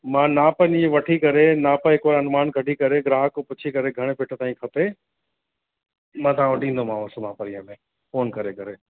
मां नाप जीअं वठी करे नाप हिकु अनुमान कढी करे ग्राहक खां पुछी करे घणे फीट ताईं खपे मां तव्हां वटि ईंदोमांव सुभाणे पणीअ ताईं फोन करे करे